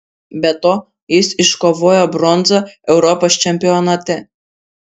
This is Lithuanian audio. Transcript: be to jis iškovojo bronzą europos čempionate